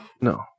No